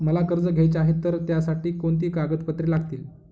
मला कर्ज घ्यायचे आहे तर त्यासाठी कोणती कागदपत्रे लागतील?